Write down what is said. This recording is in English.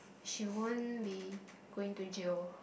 she won't be going to jail